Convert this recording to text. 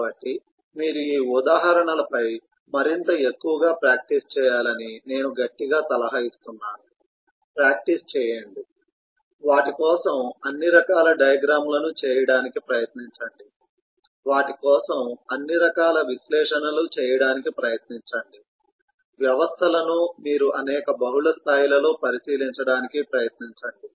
కాబట్టి మీరు ఈ ఉదాహరణలపై మరింత ఎక్కువగా ప్రాక్టీస్ చేయాలని నేను గట్టిగా సలహా ఇస్తున్నాను ప్రాక్టీస్ చేయండి వాటి కోసం అన్ని రకాల డయాగ్రమ్ లను చేయడానికి ప్రయత్నించండి వాటి కోసం అన్ని రకాల విశ్లేషణలు చేయడానికి ప్రయత్నించండి వ్యవస్థలను మీరు అనేక బహుళ స్థాయిలలో పరిశీలించడానికి ప్రయత్నించండి